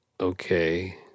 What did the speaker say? Okay